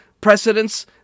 precedents